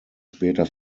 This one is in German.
später